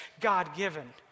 God-given